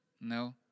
No